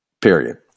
Period